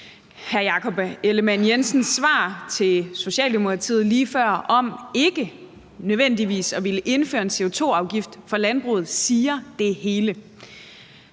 hr. Jakob Ellemann-Jensens svar til Socialdemokratiet lige før om ikke nødvendigvis at ville indføre en CO2-afgift for landbruget siger det hele.